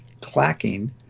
clacking